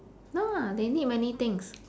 no lah they need many things